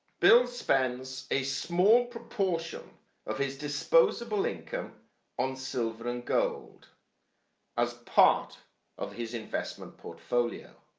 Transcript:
bill spends a small proportion of his disposable income on silver and gold as part of his investment portfolio.